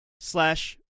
slash